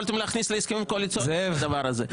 יכולתם להכניס להסכמים הקואליציוניים את הדבר הזה.